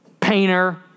painter